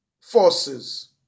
forces